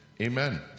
Amen